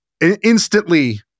instantly